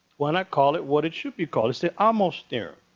why not call it what it should be called it's the ahmose theorem.